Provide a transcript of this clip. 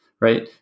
Right